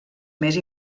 més